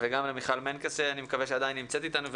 וגם מיכל מנקס שאני מקווה שעדיין אתנו.